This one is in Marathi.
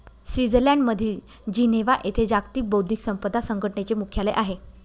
स्वित्झर्लंडमधील जिनेव्हा येथे जागतिक बौद्धिक संपदा संघटनेचे मुख्यालय आहे